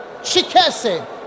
Chikese